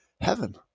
heaven